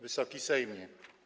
Wysoki Sejmie!